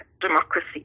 democracy